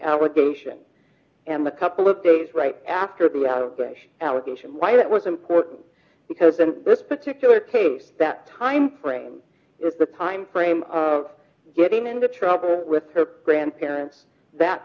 allegation and a couple of days right after the allegation why it was important because in this particular case that time frame the time frame getting into trouble with her grandparents that